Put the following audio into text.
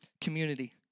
Community